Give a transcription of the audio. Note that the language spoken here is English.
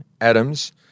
Adams